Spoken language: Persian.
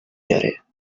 داره